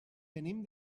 venim